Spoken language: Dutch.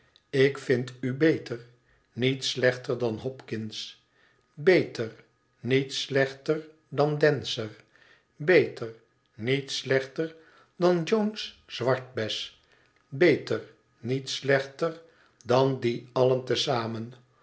ik vind u beter niet slechter dan hopkins beter niet slechter dan dancer beter niet slechter dan jones zwartbes beter niet slechter dan die allen te zamen